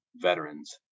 veterans